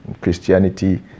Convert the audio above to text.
Christianity